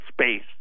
space